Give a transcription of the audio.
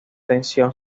tensión